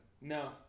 No